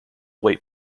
await